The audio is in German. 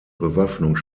bewaffnung